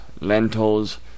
lentils